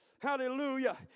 Hallelujah